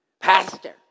Pastor